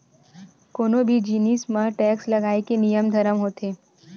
कोनो भी जिनिस म टेक्स लगाए के नियम धरम होथे